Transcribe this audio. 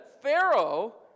Pharaoh